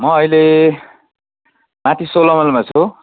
म अहिले माथि सोह्र माइलमा छु